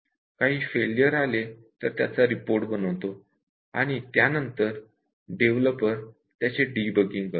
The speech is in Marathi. काही फेलियर आले तर त्याचा रिपोर्ट बनवतो आणि त्यानंतर डेव्हलपर त्याचे डिबगिंग करतो